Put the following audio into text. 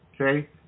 Okay